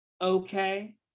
okay